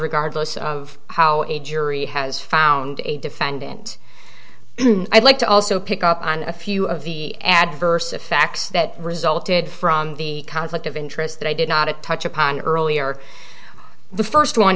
regardless of how a jury has found a defendant i'd like to also pick up on a few of the adverse effects that resulted from the conflict of interest that i did not a touch upon earlier the first one